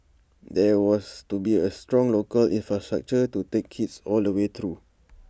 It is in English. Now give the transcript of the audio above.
there was to be A strong local infrastructure to take kids all the way through